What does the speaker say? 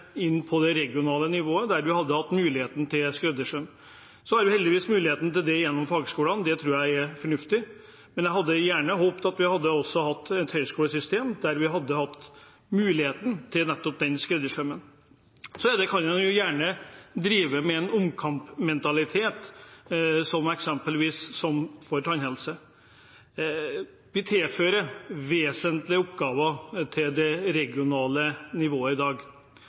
inn på det regionale nivået, der vi hadde hatt muligheten til skreddersøm. Heldigvis har vi mulighet til det gjennom fagskolene. Det tror jeg er fornuftig, men jeg hadde gjerne sett at vi også hadde hatt et høyskolesystem med mulighet til nettopp den skreddersømmen. Så kan en gjerne drive med en omkampmentalitet eksempelvis for tannhelse. Vi tilfører vesentlige oppgaver til det regionale nivået i dag,